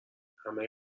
همه